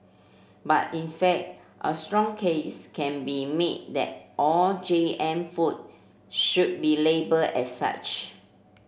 but in fact a strong case can be made that all G M food should be label as such